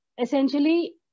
essentially